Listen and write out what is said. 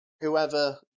whoever